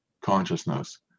consciousness